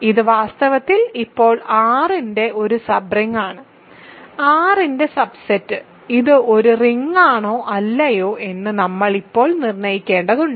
ഇത് വാസ്തവത്തിൽ ഇപ്പോൾ R ന്റെ ഒരു സബ് റിങ്ങാണ് R ന്റെ സബ്സെറ്റ് ഇത് ഒരു റിങ്ങാണോ അല്ലയോ എന്ന് നമ്മൾ ഇപ്പോഴും നിർണ്ണയിക്കേണ്ടതുണ്ട്